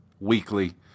weekly